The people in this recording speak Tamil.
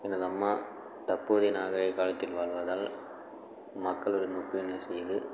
எனது அம்மா தற்போதைய நாகரிக காலத்தில் வாழ்வதால் மக்கள் செய்து